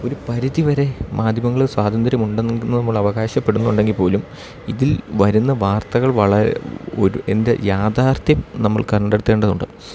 ഒരു പരിധിവരെ മാധ്യമങ്ങൾ സ്വാതന്ത്ര്യം ഉണ്ടെന്നു നമ്മൾ അവകാശപ്പെടുന്നുണ്ടെങ്കിൽപ്പോലും ഇതിൽ വരുന്ന വാർത്തകൾ വളരെ ഒരു എൻ്റെ യാഥാർത്ഥ്യം നമ്മൾ കണ്ടെത്തേണ്ടതുണ്ട്